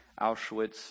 Auschwitz